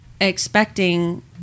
expecting